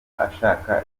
ashaka